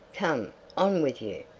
come on with you!